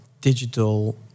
digital